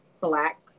black